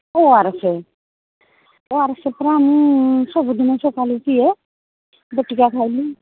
ଓ R S O R S ପରା ଆମେ ସବୁଦିନ ସକାଳୁ ପିଏ ବଟିକା ଖାଇଲେ